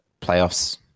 playoffs